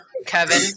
Kevin